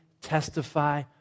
testify